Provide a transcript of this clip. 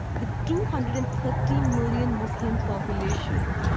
the two hundred and thirty million muslim population,